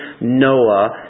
Noah